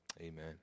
Amen